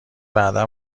بعدا